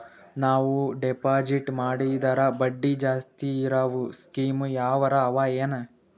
ನಾವು ಡೆಪಾಜಿಟ್ ಮಾಡಿದರ ಬಡ್ಡಿ ಜಾಸ್ತಿ ಇರವು ಸ್ಕೀಮ ಯಾವಾರ ಅವ ಏನ?